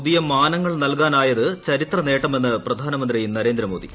പുതിയ മാനങ്ങൾ നൽകാനായത് ചരിത്രനേട്ടമെന്ന് പ്രധാനമന്ത്രി നരേന്ദ്രമോദി